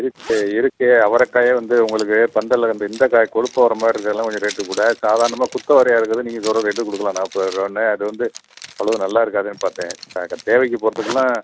இருக்குது இருக்குது அவரைக்காயே வந்து உங்களுக்கு பந்தல்ல அந்த இந்தக்காயை கொழுப்பாக வரமாதிரி இருக்கிறதெல்லாம் கொஞ்சம் ரேட் கூட சாதாரணமாக குத்தவரையாக இருக்கிறது நீங்கள் சொல்கிற ரேட்டுக்கு கொடுக்கலாம் நாற்பதுருவான்னு அது வந்து அவ்வளோவா நல்லா இருக்காதேன்னு பார்த்தேன் அதுக்கு தேவைக்கு போடுறதுக்கெல்லாம்